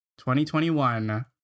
2021